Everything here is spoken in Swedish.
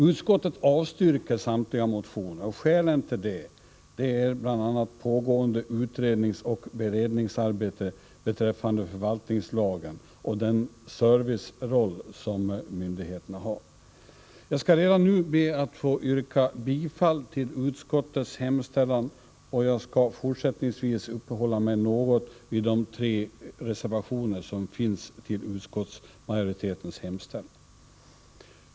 Utskottet avstyrker samtliga motioner, och skälen till det är bl.a. pågående utredningsoch beredningsarbete beträffande förvaltningslagen och den serviceroll som myndigheterna har. Jag skall redan nu be att få yrka bifall till utskottets hemställan, och jag skall fortsättningsvis uppehålla mig något vid de tre reservationer som finns till utskottsmajoritetens hemställan.